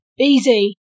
Easy